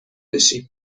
بشیم